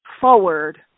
forward